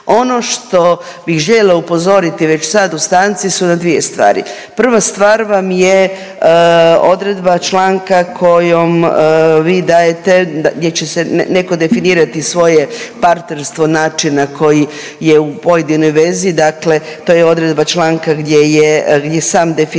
Ono što bih željela upozoriti već sad u stanci su vam dvije stvari. Prva stvar vam je odredba članka kojom vi dajete, gdje će se neko definirati svoje partnerstvo na način koji je u pojedinoj vezi, dakle to je odredba članka gdje je, gdje sam definira